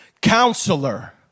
counselor